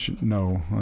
No